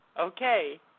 Okay